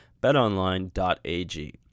betonline.ag